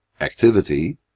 activity